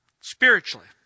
spiritually